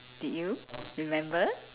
did you remember